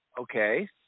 okay